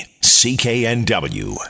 CKNW